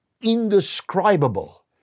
indescribable